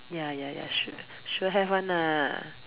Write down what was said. ya ya ya sure have one ah